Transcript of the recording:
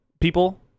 people